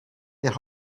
their